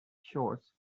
shores